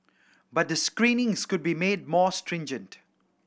but the screenings could be made more stringent